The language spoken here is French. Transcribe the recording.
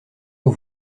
aux